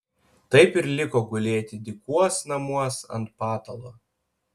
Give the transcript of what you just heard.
taip ir liko gulėti dykuos namuos ant patalo